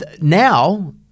now